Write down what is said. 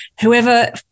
whoever –